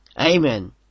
Amen